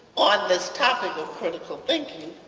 on this topic of critical thinking,